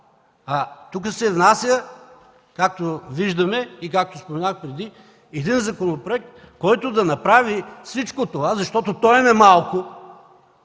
тук се внася, както виждаме и както споменах преди, един законопроект, който да направи всичко това, защото този им е малко,